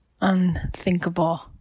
unthinkable